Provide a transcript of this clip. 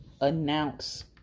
announce